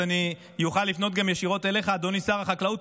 אז אני יכול לפנות ישירות גם אליך: אדוני שר החקלאות,